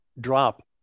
drop